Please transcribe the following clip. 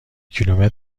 کیلومتر